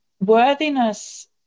worthiness